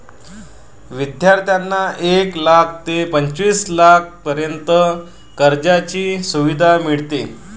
विद्यार्थ्यांना एक लाख ते पंचवीस लाखांपर्यंत कर्जाची सुविधा मिळते